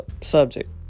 subject